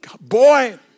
boy